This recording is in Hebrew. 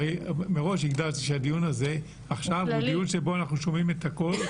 מראש הגדרתי שהדיון שלנו היום עכשיו הוא דיון שבו אנחנו שומעים הכול,